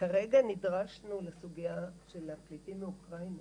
כרגע נדרשנו לסוגייה של הפליטים מאוקראינה,